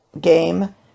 game